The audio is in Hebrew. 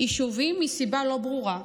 יישובים מסיבה לא ברורה,